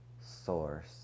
source